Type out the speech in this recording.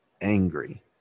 angry